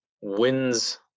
wins